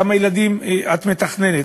כמה ילדים את מתכננת?